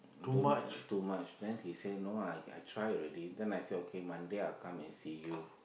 don't too much then he say no ah I I try already then I say okay Monday I will come and see you